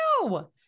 no